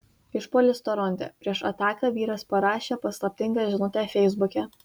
išpuolis toronte prieš ataką vyras parašė paslaptingą žinutę feisbuke